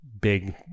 big